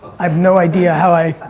i have no idea how i.